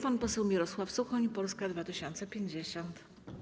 Pan poseł Mirosław Suchoń, Polska 2050.